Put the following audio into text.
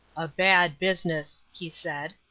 a bad business, he said.